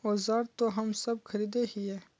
औजार तो हम सब खरीदे हीये?